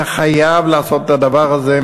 אתה חייב לעשות את הדבר הזה,